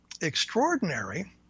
extraordinary